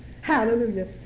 Hallelujah